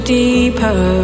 deeper